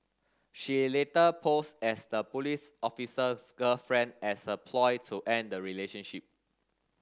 she later posed as the police officer's girlfriend as a ploy to end the relationship